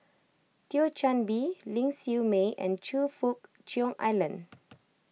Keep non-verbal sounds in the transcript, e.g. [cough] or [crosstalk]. Thio Chan Bee Ling Siew May and Choe Fook Cheong Alan [noise]